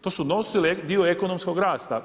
To su nosili dio ekonomskog rasta.